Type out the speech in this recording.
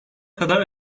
kadar